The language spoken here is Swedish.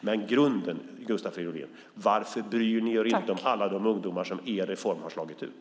Men grunden, Gustav Fridolin, är: Varför bryr ni er inte om alla de ungdomar som er reform har slagit ut?